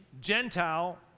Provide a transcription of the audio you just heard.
Gentile